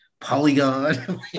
Polygon